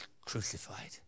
crucified